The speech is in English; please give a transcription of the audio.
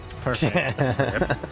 Perfect